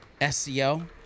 SEO